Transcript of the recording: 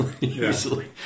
easily